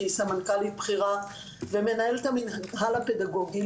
שהיא סמנכ"ל בכירה ומנהלת המינהל הפדגוגי.